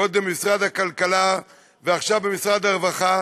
קודם במשרד הכלכלה ועכשיו במשרד הרווחה.